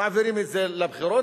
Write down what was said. מעבירים את זה לבחירות,